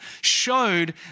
showed